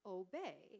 obey